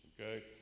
okay